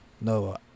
No